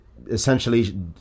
essentially